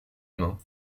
main